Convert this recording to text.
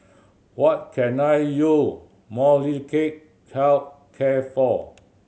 what can I you Molnylcke Health Care for